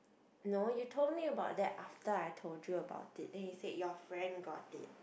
no you told me about that after I told you about it then you said your friend got it